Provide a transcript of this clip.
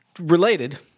Related